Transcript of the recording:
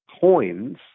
coins